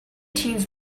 teens